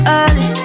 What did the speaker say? early